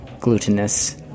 glutinous